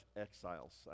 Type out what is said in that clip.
exiles